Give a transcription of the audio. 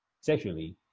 sexually